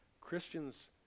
Christians